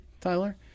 Tyler